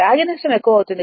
రాగి నష్టం ఎక్కువ అవుతుంది